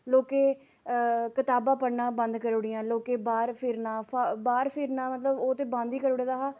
लोकें कताबां पढ़ना बंद करी ओड़ियां लोकें बाह्र फिरना बाह्र फिरना मतलब ओह् ते बंद ही करी ओड़े दा हा